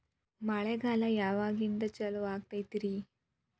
ಮಳೆಗಾಲ ಯಾವಾಗಿನಿಂದ ಚಾಲುವಾಗತೈತರಿ?